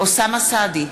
אוסאמה סעדי,